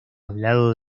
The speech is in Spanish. hablado